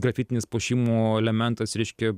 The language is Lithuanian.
grafitinis puošimo elementas reiškia